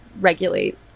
regulate